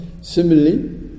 Similarly